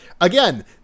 again